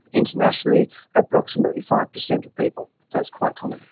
internationally approximately five percent of people, so it's quite common,